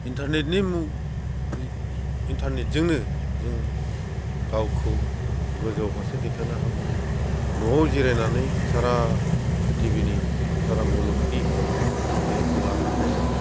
इन्थारनेटनि इन्टारनेटजोंनो जों गावखौ गोजौ फारसे दैथायनो हाबाय न'आव जिरायनानै सारा प्रिथिभिनि सारा मुलुगनि खबरखौ लानो हानाय जाबाय